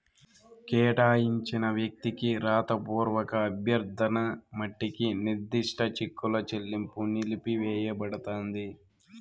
కేటాయించిన వ్యక్తికి రాతపూర్వక అభ్యర్థన మట్టికి నిర్దిష్ట చెక్కుల చెల్లింపు నిలిపివేయబడతాంది